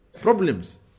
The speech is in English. problems